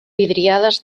vidriades